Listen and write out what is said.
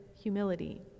humility